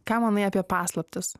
ką manai apie paslaptis